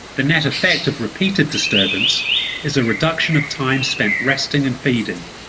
the net effect of repeated disturbance is a reduction of time spent resting and feeding,